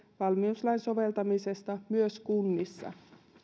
valmiuslain soveltamisesta myös kunnissa